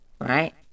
right